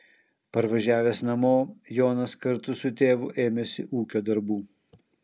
parvažiavęs namo jonas kartu su tėvu ėmėsi ūkio darbų